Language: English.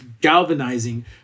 galvanizing